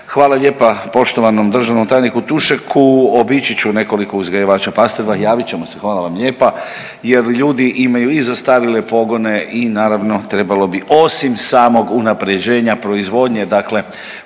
hvala lijepa poštovanom državnom tajniku Tušeku obići ću nekoliko uzgajivača pastrva, javit ćemo se hvala vam lijepa jer ljudi imaju i zastarjele pogone i naravno trebali bi osim samog unapređenja proizvodnje dakle